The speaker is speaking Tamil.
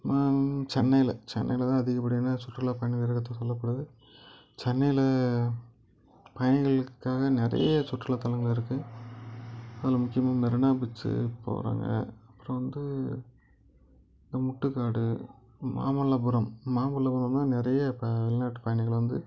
சென்னையில் சென்னையில் தான் அதிகப்படியான சுற்றுலா பயணிகள் இருக்கிறதா சொல்லப்படுது சென்னையில் பயணிகளுக்காக நிறைய சுற்றுலா தலங்கள் இருக்குது அதில் முக்கியமாக மெரினா பீச்சு போகிறாங்க அப்புறம் வந்து இந்த முட்டுக்காடு மாமல்லபுரம் மாமல்லபுரம் தான் நிறைய இப்போ வெளிநாட்டு பயணிகள் வந்து